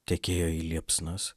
tekėjo į liepsnas